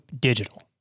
digital